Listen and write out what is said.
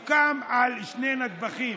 הוא קם על שני נדבכים,